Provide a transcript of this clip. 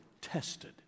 tested